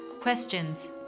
questions